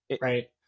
right